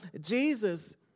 Jesus